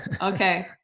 okay